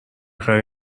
خری